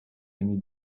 any